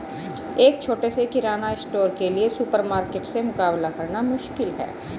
एक छोटे से किराना स्टोर के लिए सुपरमार्केट से मुकाबला करना मुश्किल है